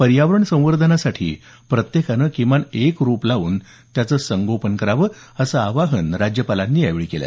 पर्यावरण संवर्धनासाठी प्रत्येकानं किमान एक रोप लावून त्याचं संगोपन करावं असं आवाहनही राज्यपालांनी यावेळी केलं